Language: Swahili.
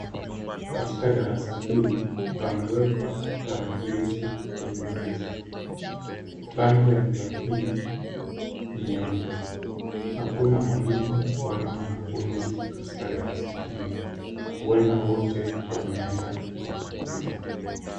Katika darasa hili, pamewekwa tarakilishi kwenye meza. Rangi ya meza hii, ni nyeupe. Hakuna mwalimu au mwanafunzi katika darasa hili, huenda wote wameenda mapumziko.